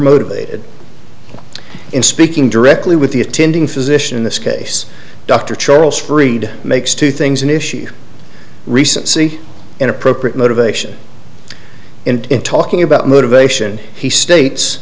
motivated in speaking directly with the attending physician in this case dr charles fried makes two things an issue recency inappropriate motivation and in talking about motivation he states